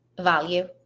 value